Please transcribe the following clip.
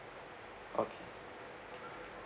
okay